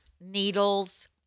needles